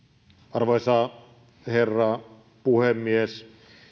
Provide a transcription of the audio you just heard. arvoisa herra puhemies